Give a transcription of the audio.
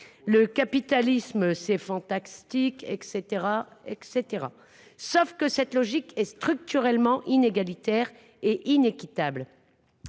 Le capitalisme, c’est fantastique !… Sauf que cette logique est structurellement inégalitaire et inéquitable.